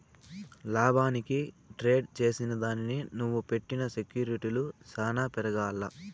లాభానికి ట్రేడ్ చేసిదానికి నువ్వు పెట్టిన సెక్యూర్టీలు సాన పెరగాల్ల